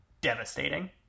devastating